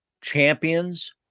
Champions